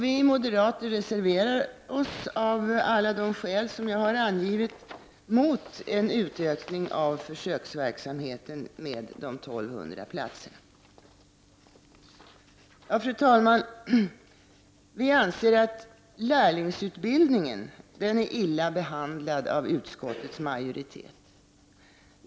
Vi moderater reserverar oss av alla de skäl som jag har angivit mot en utökning av försöksverksamheten med de 1 200 platserna. Fru talman! Vi anser att lärlingsutbildningen är illa behandlad av utskottets majoritet.